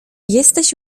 jesteś